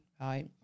right